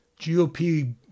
GOP